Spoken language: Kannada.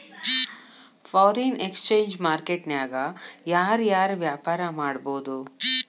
ಫಾರಿನ್ ಎಕ್ಸ್ಚೆಂಜ್ ಮಾರ್ಕೆಟ್ ನ್ಯಾಗ ಯಾರ್ ಯಾರ್ ವ್ಯಾಪಾರಾ ಮಾಡ್ಬೊದು?